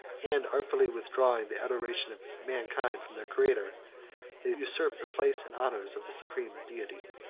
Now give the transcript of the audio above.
and artfully withdrawing the adoration of mankind from their creator, they usurped the place and honors of the supreme deity.